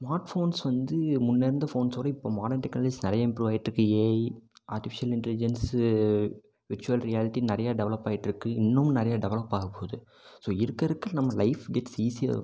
smart phones வந்து முன்னே இருந்த ஃபோன்ஸை விட இப்போது மாடன் டெக்னாலஜிஸ் நிறைய இம்ப்ரூவ் ஆகிட்டு இருக்குது AI artificial intelligence virtual reality நிறையா டெவலப் ஆகிட்டு இருக்குது இன்னும் நிறையா டெவலப் ஆக போகுது ஸோ இருக்க இருக்க நம்ம லைஃப் கெட்ஸ் ஈஸியா்